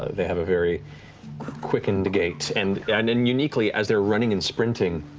ah they have a very quickened gait, and and then uniquely, as they're running and sprinting,